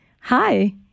Hi